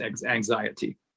anxiety